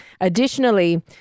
Additionally